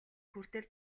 хүртэл